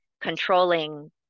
controlling